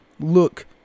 look